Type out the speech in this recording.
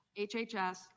HHS